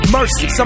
Mercy